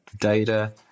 data